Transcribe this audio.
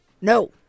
no